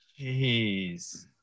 Jeez